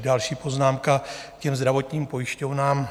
Další poznámka k těm zdravotním pojišťovnám.